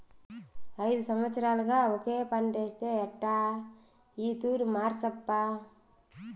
ఐదు సంవత్సరాలుగా ఒకే పంటేస్తే ఎట్టా ఈ తూరి మార్సప్పా